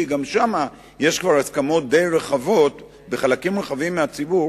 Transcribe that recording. גם שם יש כבר הסכמות די רחבות בחלקים רחבים מהציבור